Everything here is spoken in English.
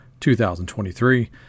2023